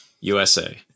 USA